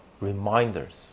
reminders